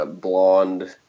Blonde